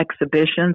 exhibitions